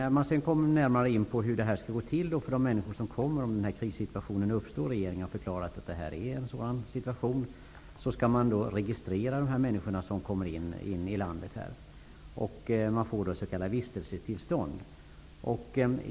I promemorian går man närmare in på hur det skall gå till när människor kommer och regeringen har förklarat att det är en krissituation som har uppstått. Då skall de människor som kommer in i landet registreras. De får då s.k. vistelsetillstånd.